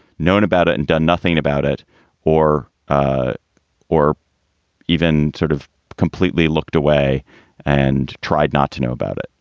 knowing about it and done nothing about it or ah or even sort of completely looked away and tried not to know about it.